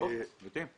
--- אז אתם יודעים.